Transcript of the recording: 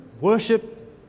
worship